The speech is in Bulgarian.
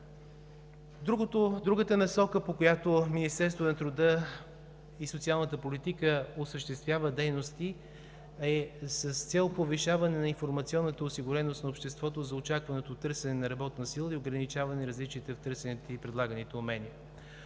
Другата насока, по която Министерството на труда и социалната политика осъществява дейности, е с цел повишаване на информационната осигуреност на обществото за очакваното търсене на работна сила и ограничаване на различията в търсените и предлаганите умения.